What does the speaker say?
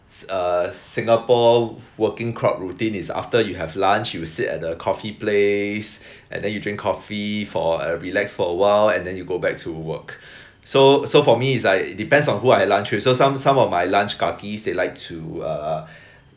uh singapore working crowd routine is after you have lunch you sit at a coffee place and then you drink coffee for a relax for a while and then you go back to work so so for me is like depends on who I lunch with so some some of my lunch kakis they like to uh